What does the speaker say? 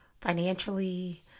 financially